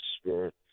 spirit